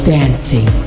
dancing